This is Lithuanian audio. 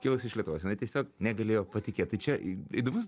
kilus iš lietuvos jinai tiesiog negalėjo patikėti tai čia įdomus